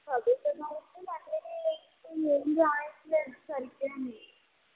చదువుతున్నాను కానీ మళ్ళీ ఏం వ్రాయట్లేదు సరిగ్గా కాని